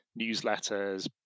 newsletters